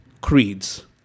creeds